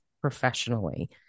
professionally